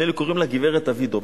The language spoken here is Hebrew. נדמה לי קוראים לה גברת דוידוב.